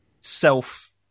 self